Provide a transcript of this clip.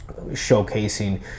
showcasing